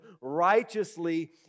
righteously